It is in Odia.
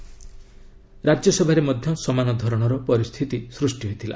ରାକ୍ୟସଭାରେ ମଧ୍ୟ ସମାନ ଧରଣର ପରିସ୍ଥିତି ସୃଷ୍ଟି ହୋଇଥିଲା